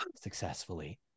successfully